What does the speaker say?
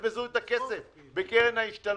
מדובר פה בפגיעה אמיתית בתוכנית אם לא תאושר המסגרת.